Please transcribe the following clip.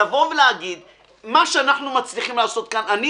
מה שאנחנו מצליחים לעשות כאן, נעשה.